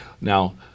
Now